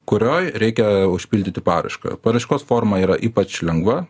kurioj reikia užpildyti paraišką paraiškos forma yra ypač lengva